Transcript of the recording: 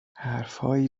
حرفهایی